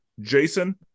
Jason